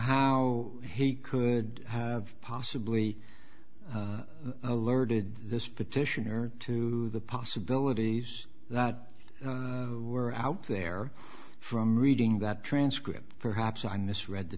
how he could have possibly alerted this petitioner to the possibilities that were out there from reading that transcript perhaps i misread the